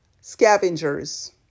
scavengers